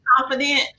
confident